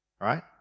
right